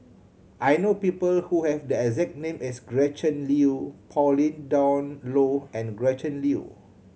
I know people who have the exact name as Gretchen Liu Pauline Dawn Loh and Gretchen Liu